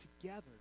together